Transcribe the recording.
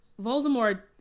voldemort